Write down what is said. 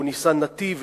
או "ניסן נתיב",